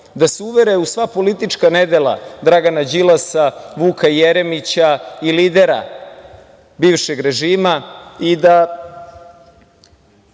da se uvere u sva politička nedela Dragana Đilasa, Vuka Jeremića i lidera bivšeg režima, i da